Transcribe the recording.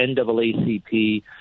NAACP